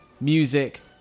music